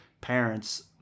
parents